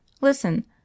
Listen